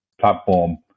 platform